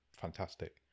fantastic